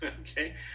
Okay